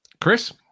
Chris